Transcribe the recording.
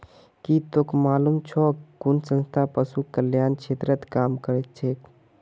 की तोक मालूम छोक कुन संस्था पशु कल्याण क्षेत्रत काम करछेक